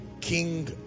king